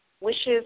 wishes